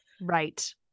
Right